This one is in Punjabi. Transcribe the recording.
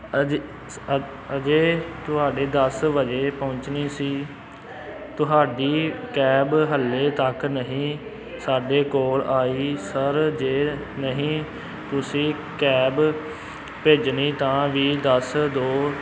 ਅਜੇ ਸ ਅ ਅਜੇ ਤੁਹਾਡੇ ਦਸ ਵਜੇ ਪਹੁੰਚਣੀ ਸੀ ਤੁਹਾਡੀ ਕੈਬ ਹਜੇ ਤੱਕ ਨਹੀਂ ਸਾਡੇ ਕੋਲ ਆਈ ਸਰ ਜੇ ਨਹੀਂ ਤੁਸੀਂ ਕੈਬ ਭੇਜਣੀ ਤਾਂ ਵੀ ਦੱਸ ਦਿਓ